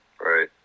Right